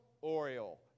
oriole